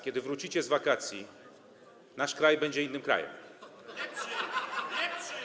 Kiedy wrócicie z wakacji, nasz kraj będzie innym krajem.